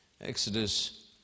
Exodus